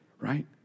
right